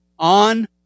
On